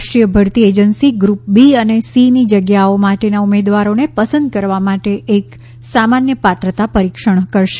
રાષ્ટ્રીય ભરતી agency group B અને સી ની જગ્યાઓ માટેના ઉમેદવારોને પસંદ કરવા માટે એક સામાન્ય પાત્રતા પરીક્ષણ કરશે